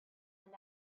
and